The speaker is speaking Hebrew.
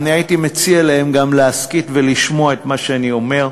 אני הייתי מציע להם גם להסכית ולשמוע את מה שאני אומר.